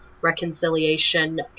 Reconciliation